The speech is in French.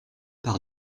par